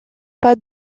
pas